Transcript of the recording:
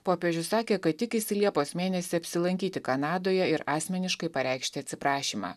popiežius sakė kad tikisi liepos mėnesį apsilankyti kanadoje ir asmeniškai pareikšti atsiprašymą